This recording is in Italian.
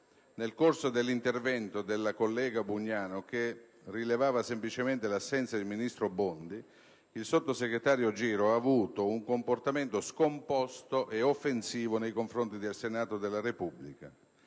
nel corso dell'intervento della collega Bugnano, che rilevava semplicemente l'assenza del ministro Bondi, il sottosegretario Giro ha avuto un comportamento scomposto e offensivo nei confronti del Senato della Repubblica.